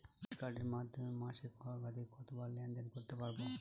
Debit কার্ডের মাধ্যমে মাসে সর্বাধিক কতবার লেনদেন করতে পারবো?